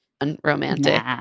unromantic